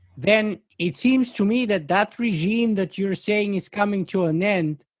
then it seems to me that that regime that you're saying is coming to an end,